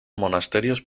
monasterios